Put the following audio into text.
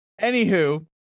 anywho